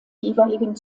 jeweiligen